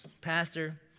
Pastor